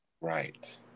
right